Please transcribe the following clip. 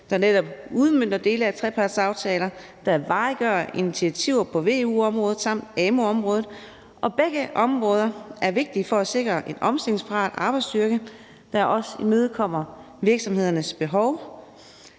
der netop udmønter dele af trepartsaftalen, som variggør initiativer på veu-området samt amu-området. Begge områder er vigtige for at sikre en omstillingsparat arbejdsstyrke, der også imødekommer virksomhedernes behov.